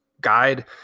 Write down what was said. guide